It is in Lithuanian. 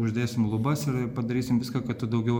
uždėsim lubas ir padarysim viską kad tu daugiau